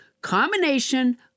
combination